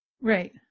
Right